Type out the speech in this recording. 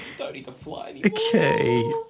Okay